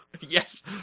Yes